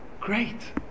great